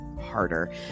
harder